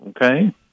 Okay